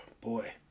Boy